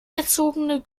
erzogene